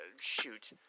shoot